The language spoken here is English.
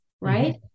right